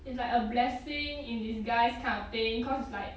it's like a blessing in disguise kind of thing cause it's like